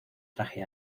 traje